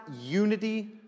unity